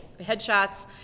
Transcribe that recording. headshots